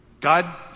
God